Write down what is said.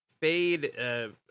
fade